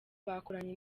bakoranye